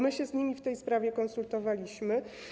My się z nimi w tej sprawie konsultowaliśmy.